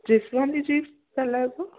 जिसि कन जी ॻाल्हायो था